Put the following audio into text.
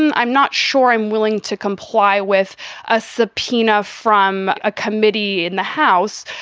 i'm not sure i'm willing to comply with a subpoena from a committee in the house.